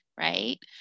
Right